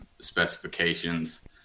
specifications